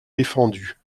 défendu